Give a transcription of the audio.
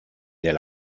del